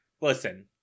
Listen